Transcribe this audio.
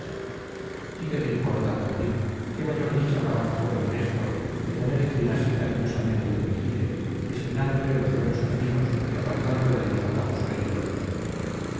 y qué te importa tontín qué mayor dicha para un joven honesto que tener quien así cariñosamente le vigile designándole los buenos caminos y apartándole de los atajos peligrosos